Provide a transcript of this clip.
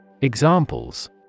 Examples